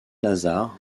lazard